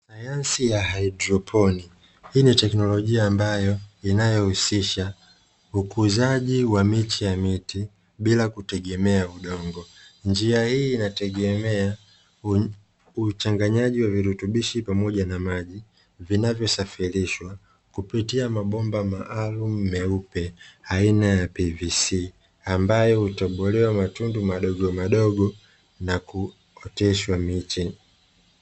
Sayansi ya haidroponi; hii ni teknolojia ambayo inayohusisha ukuzaji wa miche ya miti bila kutegemea udongo, njia hii inategemea uchanganyaji wa virutubishi pamoja na maji vinavyosafirishwa kupitia mabomba maalumu meupe aina ya "PVC", ambayo hutobolewa matundu madogo madogo na kuoteshwa miche.